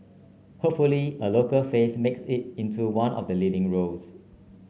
hopefully a local face makes it into one of the leading roles